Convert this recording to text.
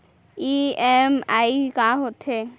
EMI का होथे?